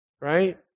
right